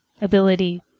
ability